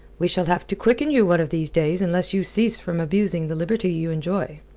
we shall have to quicken you one of these days unless you cease from abusing the liberty you enjoy.